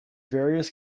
various